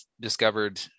discovered